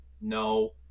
no